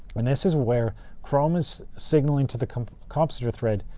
and this is where chrome is signaling to the compositor thread,